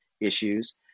issues